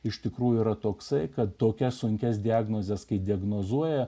iš tikrųjų yra toksai kad tokias sunkias diagnozes kai diagnozuoja